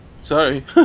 Sorry